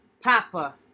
papa